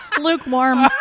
Lukewarm